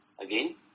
Again